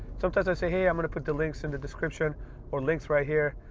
sometimes i say, hey, i'm going to put the links in the description or links right here.